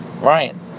Ryan